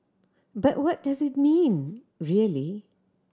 but what does it mean really